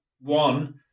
one